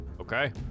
Okay